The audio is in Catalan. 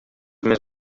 més